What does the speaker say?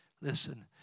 Listen